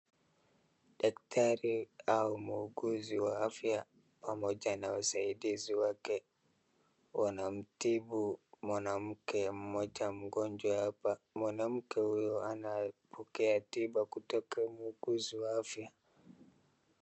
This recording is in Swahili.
Daktari au muuguzi wa afya pamoja na wasaidizi wake wanamtibu mwana mke mmoja mgonjwa hapa. Mwanamke huyo anayepokea tiba kutoka muuguzi wa afya.